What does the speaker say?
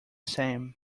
same